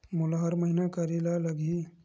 मोला हर महीना करे ल लगही?